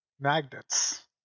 magnets